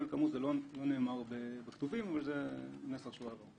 כאמור, זה לא נאמר בכתובים, אבל זה המסר שהועבר.